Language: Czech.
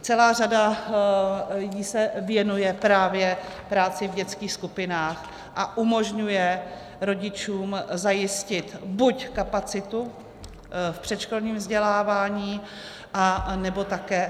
Celá řada lidí se věnuje právě práci v dětských skupinách a umožňuje rodičům zajistit buď kapacitu v předškolním vzdělávání, nebo také alternativu.